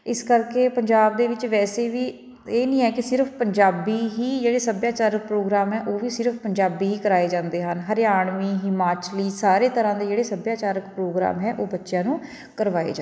ਇਸ ਕਰਕੇ ਪੰਜਾਬ ਦੇ ਵਿੱਚ ਵੈਸੇ ਵੀ ਇਹ ਨਹੀਂ ਹੈ ਕਿ ਸਿਰਫ ਪੰਜਾਬੀ ਹੀ ਜਿਹੜੇ ਸੱਭਿਆਚਾਰਕ ਪ੍ਰੋਗਰਾਮ ਹੈ ਉਹ ਵੀ ਸਿਰਫ ਪੰਜਾਬੀ ਹੀ ਕਰਾਏ ਜਾਂਦੇ ਹਨ ਹਰਿਆਣਵੀ ਹਿਮਾਚਲੀ ਸਾਰੇ ਤਰ੍ਹਾਂ ਦੇ ਜਿਹੜੇ ਸੱਭਿਆਚਾਰਕ ਪ੍ਰੋਗਰਾਮ ਹੈ ਉਹ ਬੱਚਿਆਂ ਨੂੰ ਕਰਵਾਏ ਜਾ